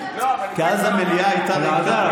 כי אז המליאה הייתה ריקה.